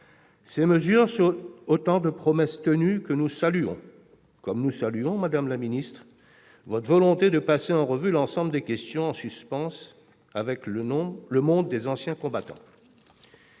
Ces mesures sont autant de promesses tenues que nous saluons, comme nous saluons, madame la secrétaire d'État, votre volonté de passer en revue l'ensemble des questions en suspens avec le monde des anciens combattants.